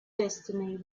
destiny